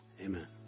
Amen